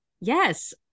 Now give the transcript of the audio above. Yes